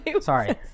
Sorry